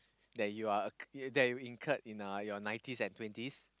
that you are that you incurred in your nineteens and twenties